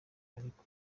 ariko